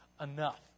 enough